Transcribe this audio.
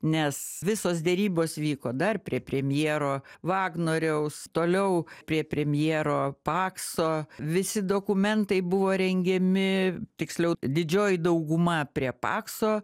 nes visos derybos vyko dar prie premjero vagnoriaus toliau prie premjero pakso visi dokumentai buvo rengiami tiksliau didžioji dauguma prie pakso